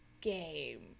game